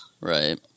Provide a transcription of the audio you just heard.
Right